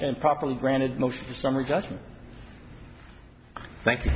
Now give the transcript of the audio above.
and properly granted motion summary judgment thank you